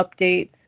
updates